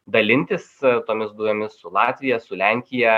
dalintis tomis dujomis su latvija su lenkija